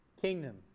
kingdom